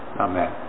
amen